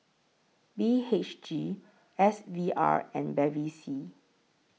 B H G S V R and Bevy C